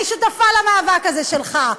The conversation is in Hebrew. אני שותפה למאבק הזה שלך,